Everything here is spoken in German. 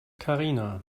karina